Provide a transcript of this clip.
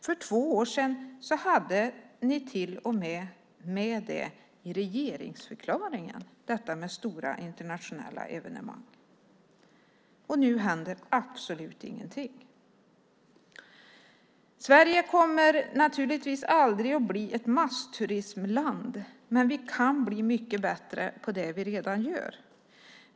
För två år sedan hade ni till och med med detta om stora internationella evenemang i regeringsförklaringen. Nu händer absolut ingenting. Sverige kommer naturligtvis aldrig att bli ett massturismland, men vi kan bli mycket bättre på det vi redan gör.